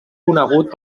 conegut